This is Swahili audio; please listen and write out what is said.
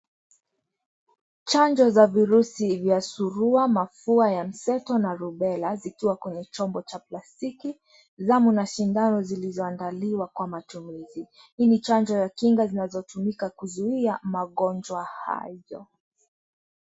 Chanjo za virusi vya surua, mafua ya mseto na rubella zikiwa kwenye chombo cha plastiki zamu na shindano zilizo andaliwa kwa matumizi hii ni chanjo ya kinga zinazotumika kuzuia magonjwa hayo.